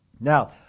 Now